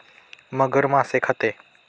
मगर मासे खाते